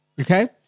Okay